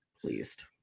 pleased